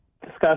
discuss